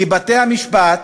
כי בתי-המשפט,